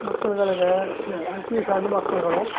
ಮಕ್ಕಳುಗಳಿಗೆ ಸ ಅತಿ ಸಣ್ಣ ಮಕ್ಕಳುಗಳು